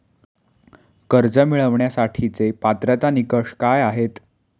कर्ज मिळवण्यासाठीचे पात्रता निकष काय आहेत?